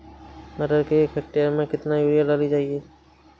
मटर के एक हेक्टेयर में कितनी यूरिया डाली जाए?